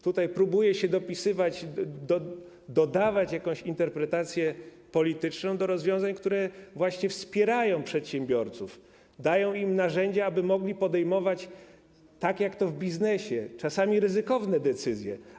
Tutaj próbuje się dopisywać, dodawać jakąś interpretację polityczną do rozwiązań, które wspierają przedsiębiorców, dają im narzędzia, aby mogli podejmować, tak jak to w biznesie, czasami ryzykowne decyzje.